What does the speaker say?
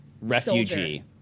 Refugee